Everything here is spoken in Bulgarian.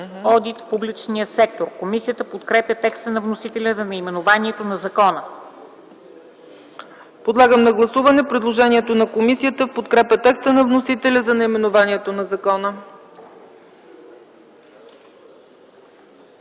одит в публичния сектор.” Комисията подкрепя текста на вносителя за наименованието на закона. ПРЕДСЕДАТЕЛ ЦЕЦКА ЦАЧЕВА: Подлагам на гласуване предложението на комисията в подкрепа текста на вносителя за наименованието на закона.